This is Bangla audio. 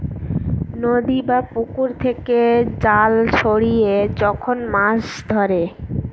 নদী বা পুকুর থেকে জাল ছড়িয়ে যখন মাছ ধরে